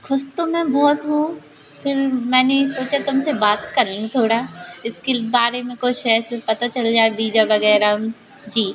खुश तो मैं बहुत हूँ फिर मैंने सोचा तुमसे बात कर लूँ थोड़ा इसके बारे में कुछ ऐसे पता चल जाए बीजा वगैरह जी